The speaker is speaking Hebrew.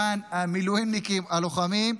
למען המילואימניקים הלוחמים,